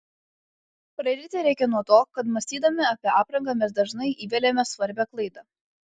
pradėti reikia nuo to kad mąstydami apie aprangą mes dažnai įveliame svarbią klaidą